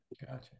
gotcha